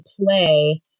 play